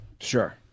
Sure